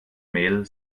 mel